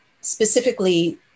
specifically